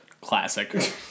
Classic